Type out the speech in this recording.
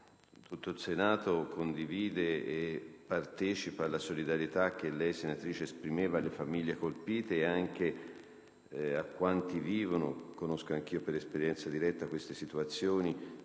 tutto il Senato condivide e partecipa alla solidarietà che lei esprime alle famiglie colpite e a quanti vivono (conosco anch'io per esperienza diretta queste situazioni)